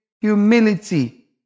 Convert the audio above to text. humility